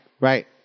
right